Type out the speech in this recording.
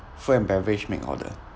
food and beverage make order